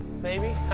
maybe.